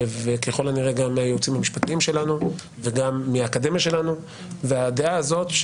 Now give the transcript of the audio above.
ככל הנראה גם מהיועצים המשפטיים שלנו וגם מהאקדמיה שלנו והדעה הזאת,